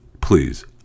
Please